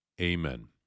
Amen